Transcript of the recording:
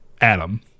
adam